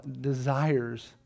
desires